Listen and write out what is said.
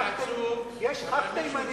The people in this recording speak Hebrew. אדוני היושב-ראש, יש ח"כ תימני